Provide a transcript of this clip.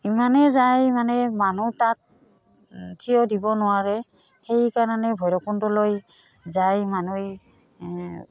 ইমানেই যায় মানে মানুহ তাত থিয় দিব নোৱাৰে সেইকাৰণে ভৈৰৱকুণ্ডলৈ যায় মানুহে